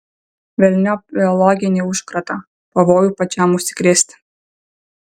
velniop biologinį užkratą pavojų pačiam užsikrėsti